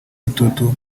gitutu